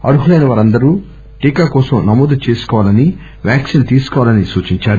అర్హులైన వారందరూ టీకా కోసం నమోదు చేసుకోవాలని వ్యాక్పిన్ తీసుకోవాలని ఆయన సూచించారు